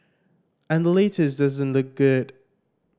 and the latest doesn't look good